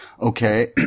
okay